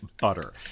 butter